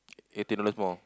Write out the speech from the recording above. eighteen dollars more